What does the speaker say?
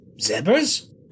Zebras